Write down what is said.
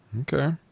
Okay